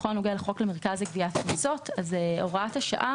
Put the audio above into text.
בכל הנוגע לחוק למרכז לגביית קנסות, הוראת השעה